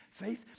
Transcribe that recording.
Faith